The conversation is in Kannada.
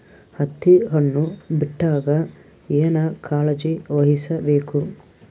ಹತ್ತಿ ಹಣ್ಣು ಬಿಟ್ಟಾಗ ಏನ ಕಾಳಜಿ ವಹಿಸ ಬೇಕು?